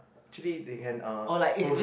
actually they can uh host